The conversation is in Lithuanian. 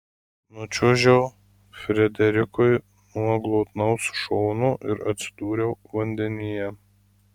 nučiuožiau frederikui nuo glotnaus šono ir atsidūriau vandenyje